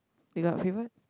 you got a favourite